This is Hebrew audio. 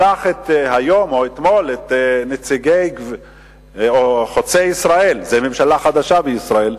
הוא שלח היום או אתמול את נציגי "חוצה ישראל" זאת ממשלה חדשה בישראל,